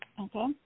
Okay